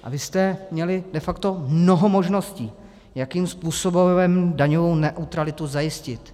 A vy jste měli de facto mnoho možností, jakým způsobem daňovou neutralitu zajistit.